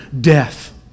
death